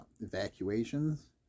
evacuations